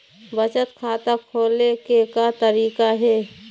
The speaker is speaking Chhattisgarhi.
बचत खाता खोले के का तरीका हे?